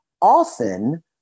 Often